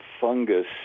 fungus